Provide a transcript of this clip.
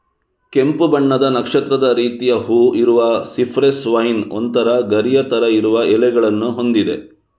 ಕೆಂಪು ಬಣ್ಣದ ನಕ್ಷತ್ರದ ರೀತಿಯ ಹೂವು ಇರುವ ಸಿಪ್ರೆಸ್ ವೈನ್ ಒಂತರ ಗರಿಯ ತರ ಇರುವ ಎಲೆಗಳನ್ನ ಹೊಂದಿದೆ